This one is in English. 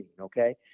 okay